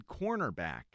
cornerback